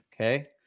Okay